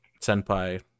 Senpai